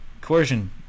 coercion